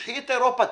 קחי את אירופה,